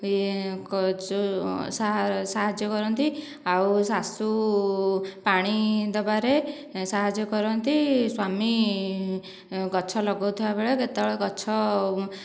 ଯେଉଁ ସାହାଯ୍ୟ କରନ୍ତି ଆଉ ଶାଶୁ ପାଣି ଦେବାରେ ସାହାଯ୍ୟ କରନ୍ତି ସ୍ୱାମୀ ଗଛ ଲଗଉଥିବା ବେଳେ କେତେବେଳେ ଗଛ